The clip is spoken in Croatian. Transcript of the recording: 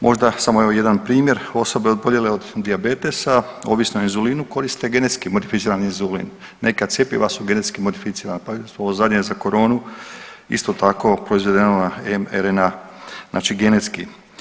Možda samo evo jedan primjer, osobe oboljele od dijabetesa ovisne o inzulinu koriste genetski modificirani inzulin, neka cjepiva su genetski modificirana, pa i ovo zadnje za koronu isto tako proizvedeno na mRNA znači genetski.